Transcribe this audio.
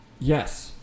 Yes